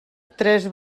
tres